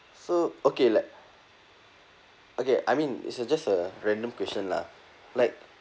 so okay like okay I mean it's just a random question lah like